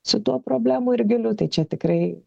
su tuo problemų ir giliu tai čia tikrai